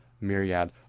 myriad